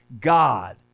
God